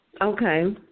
Okay